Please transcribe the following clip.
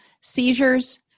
seizures